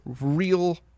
real